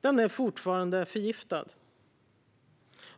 Den är fortfarande förgiftad.